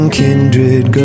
kindred